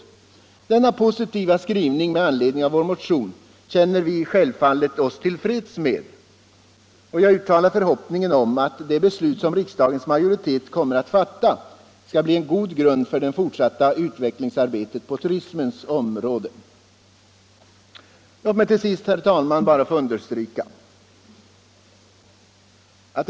Denna positiva skrivning med anledning av vår motion känner vi oss självfallet till freds med, och jag uttalar förhoppningen att det beslut som riksdagens majoritet kommer att fatta skall bli en god grund för det fortsatta utvecklingsarbetet på turismens område.